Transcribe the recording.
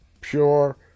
pure